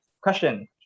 question